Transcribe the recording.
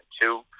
two